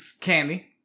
Candy